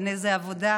אין איזו עבודה.